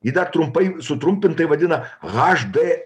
jį dar trumpai sutrumpintai vadina haš d